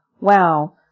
Wow